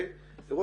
אירוע